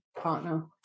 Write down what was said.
partner